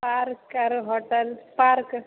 park आर hotel park